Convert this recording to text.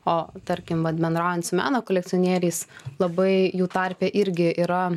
o tarkim vat bendraunant su meno kolekcionieriais labai jų tarpe irgi yra